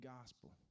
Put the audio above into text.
gospel